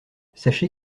sachez